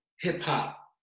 hip-hop